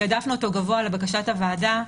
תעדפנו אותו גבוה לבקשת הוועדה.